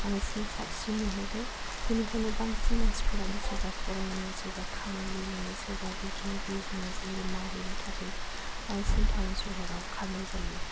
बांसिनै साबसिन नुहुरो बोनिखायनो बांसिन मानसिफोरानो सोरबा फरायनो सोरबा खामायनो सोरबा बिदिनो बिजनेस मावहैनो थाखाय बांसिन थावन सोहोराव खारनाय जायो